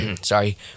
Sorry